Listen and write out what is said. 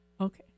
Okay